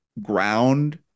ground